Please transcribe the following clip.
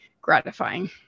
gratifying